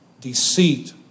deceit